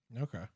Okay